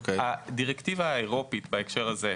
הדירקטיבה האירופית בהקשר הזה,